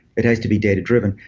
it has to be data-driven.